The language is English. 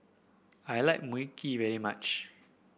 I like Mui Kee very much